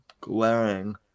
glaring